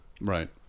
right